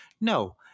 No